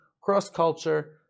cross-culture